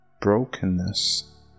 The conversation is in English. Brokenness